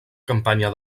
campanya